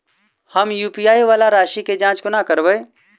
हम यु.पी.आई वला राशि केँ जाँच कोना करबै?